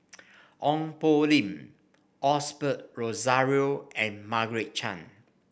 Ong Poh Lim Osbert Rozario and Margaret Chan